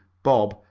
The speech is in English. bob,